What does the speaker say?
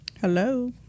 Hello